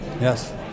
Yes